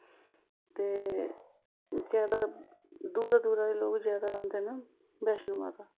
ते जैदा दूरा दूरा दे लोग जैदा आंदे न बैश्नो माता